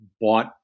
bought